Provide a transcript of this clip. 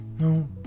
No